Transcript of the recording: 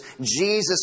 Jesus